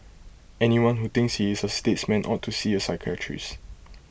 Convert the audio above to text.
anyone who thinks he is A statesman ought to see A psychiatrist